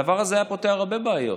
הדבר הזה היה פותר הרבה בעיות,